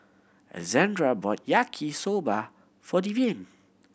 Alexandria bought Yaki Soba for Devyn